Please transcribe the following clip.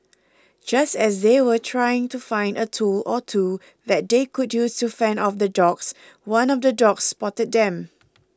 just as they were trying to find a tool or two that they could use to fend off the dogs one of the dogs spotted them